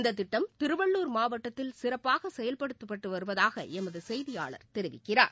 இந்ததிட்டம் திருவள்ளூர் மாவட்டத்தில் சிறப்பாகசெயல்படுத்தப்பட்டுவருவதாகளமதுசெய்தியாளர் தெரிவிக்கிறார்